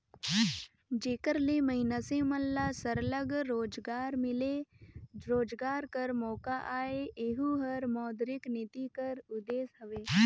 जेकर ले मइनसे मन ल सरलग रोजगार मिले, रोजगार कर मोका आए एहू हर मौद्रिक नीति कर उदेस हवे